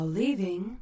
leaving